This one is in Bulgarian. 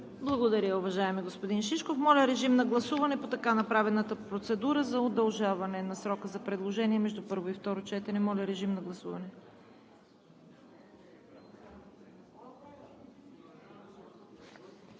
Благодаря, уважаеми господин Шишков. Моля, режим на гласуване по така направената процедура за удължаване на срока за предложения между първо и второ четене. Гласували